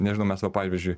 nežinau mes va pavyzdžiui